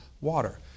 water